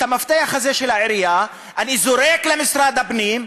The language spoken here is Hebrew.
את המפתח הזה של העירייה זורק למשרד הפנים,